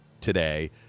today